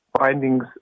findings